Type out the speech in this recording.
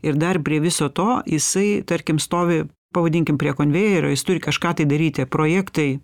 ir dar prie viso to jisai tarkim stovi pavadinkim prie konvejerio jis turi kažką tai daryti projektai